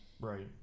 Right